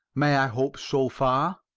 may i hope so far?